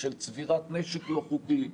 של צבירת נשק לא חוקי,